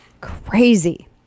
Crazy